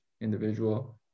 individual